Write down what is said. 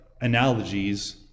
analogies